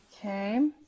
Okay